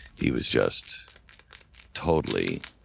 he was just totally